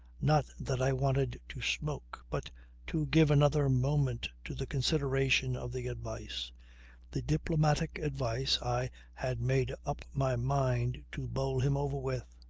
not that i wanted to smoke, but to give another moment to the consideration of the advice the diplomatic advice i had made up my mind to bowl him over with.